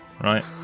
right